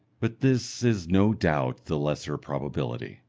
but this is no doubt the lesser probability.